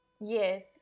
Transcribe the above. Yes